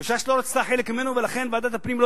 וש"ס לא רצתה חלק ממנו ולכן ועדת הפנים לא